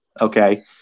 okay